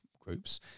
groups